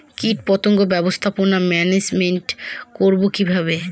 কীটপতঙ্গ ব্যবস্থাপনা ম্যানেজমেন্ট করব কিভাবে?